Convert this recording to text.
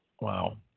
Wow